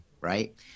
Right